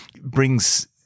brings